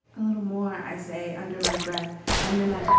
a little more i say under my breath and then i.